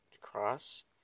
cross